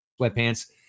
sweatpants